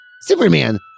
Superman